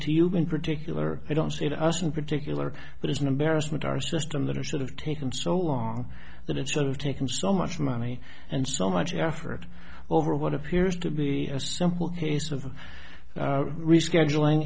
to you been particular i don't see the us in particular but it's an embarrassment our system that are sort of taken so long that it's sort of taken so much money and so much effort over what appears to be a simple case of rescheduling